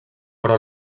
però